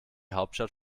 hauptstadt